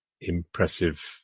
impressive